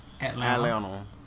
Atlanta